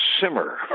simmer